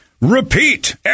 repeat